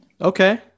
Okay